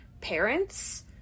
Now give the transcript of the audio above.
parents